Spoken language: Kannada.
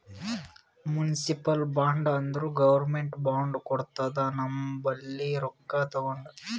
ಮುನ್ಸಿಪಲ್ ಬಾಂಡ್ ಅಂದುರ್ ಗೌರ್ಮೆಂಟ್ ಬಾಂಡ್ ಕೊಡ್ತುದ ನಮ್ ಬಲ್ಲಿ ರೊಕ್ಕಾ ತಗೊಂಡು